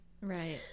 Right